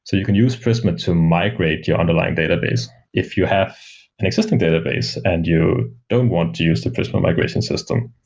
you can use prisma to migrate your underlying database. if you have an existing database and you don't want to use the prisma migration system,